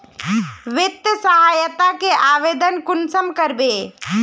वित्तीय सहायता के आवेदन कुंसम करबे?